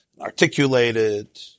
articulated